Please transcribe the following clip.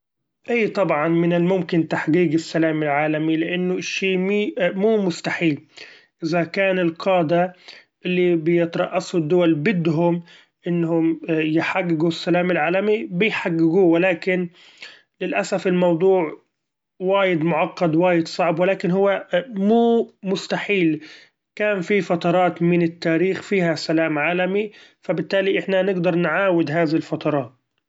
إي طبعا من الممكن تحقيق السلام العالمي; لإنه الشي مو-مو مستحيل إذا كان القادة اللي بيترأسوا الدول بدهم إنهم يحققوا السلام العالمي بيحققوه، ولكن للاسف الموضوع وايد معقد وايد صعب ولكن هو مو مستحيل، كان في فترات من التاريخ فيها سلام عالمي فبالتالي احنا نقدر نعأود هذي الفترات.